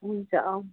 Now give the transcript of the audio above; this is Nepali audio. हुन्छ